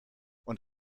und